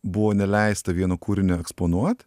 buvo neleista vieno kūrinio eksponuot